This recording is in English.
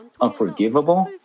unforgivable